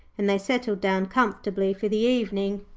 and they settled down comfortably for the evening.